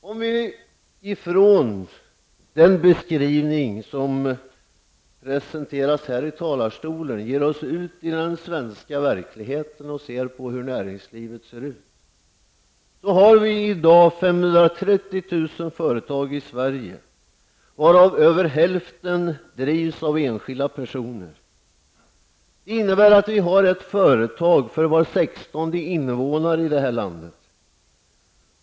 Låt oss från den beskrivning som har presenterats från denna talarstol ge oss ut i den svenska verkligheten och se efter hur näringslivet ser ut. Vi har i dag ca 530 000 företag i Sverige varav över hälften drivs av enskilda personer. Det innebär att vi har ett företag för var sextonde invånare i landet.